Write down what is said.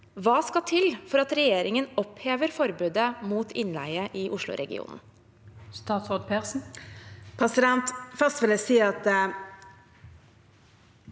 Hva skal til for at regjeringen opphever forbudet mot innleie i Oslo-regionen? Statsråd Marte